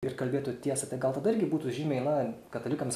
ir kalbėtų tiesą tai gal tada irgi būtų žymiai na katalikams